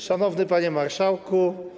Szanowny Panie Marszałku!